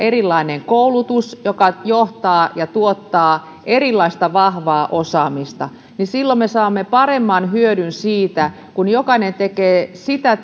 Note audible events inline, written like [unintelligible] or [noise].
on erilainen koulutus joka tuottaa erilaista vahvaa osaamista niin silloin me saamme paremman hyödyn siitä kun jokainen tekee sitä [unintelligible]